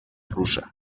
russa